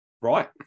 Right